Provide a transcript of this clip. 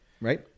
right